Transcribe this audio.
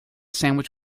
sandwich